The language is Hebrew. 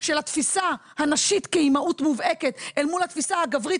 של התפיסה הנשית כאימהות מובהקת אל מול התפיסה הגברית